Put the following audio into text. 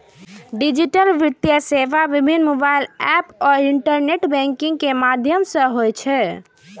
digital वित्तीय सेवा विभिन्न मोबाइल एप आ इंटरनेट बैंकिंग के माध्यम सं होइ छै